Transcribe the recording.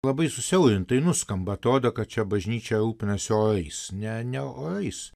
labai susiaurintai nuskamba atrodo kad čia bažnyčia rūpinasi orais ne ne orais